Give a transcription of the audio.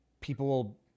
People